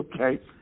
Okay